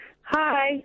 Hi